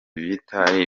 bitari